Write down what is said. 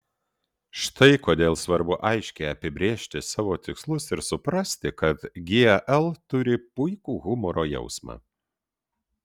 štai kodėl svarbu aiškiai apibrėžti savo tikslus ir suprasti kad gl turi puikų humoro jausmą